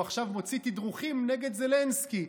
והוא עכשיו מוציא תדרוכים נגד זלנסקי.